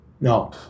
No